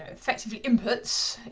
effectively, inputs.